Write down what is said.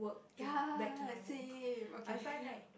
ya same okay